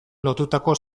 lotutako